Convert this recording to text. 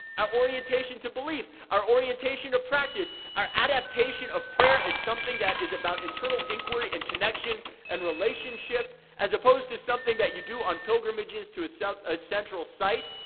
our orientation to belief. our orientation to practice. our adaptation of prayer is something that is about internal inquiry and connection and relationship as opposed to something that you do on pilgrimages to so a central site.